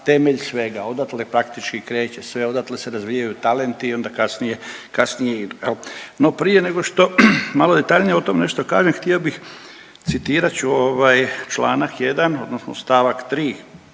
temelj svega. Odatle praktički sve, odatle se razvijaju talenti i onda kasnije, kasnije idu. No prije nego što detaljnije o tome nešto kažem htio bih citirat ću ovaj članak jedan odnosno stavak 3.